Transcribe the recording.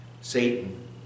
satan